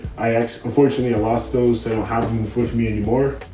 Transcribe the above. i actually, unfortunately i lost those. so how can you push me anymore?